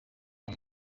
nta